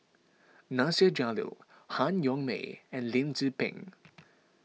Nasir Jalil Han Yong May and Lim Tze Peng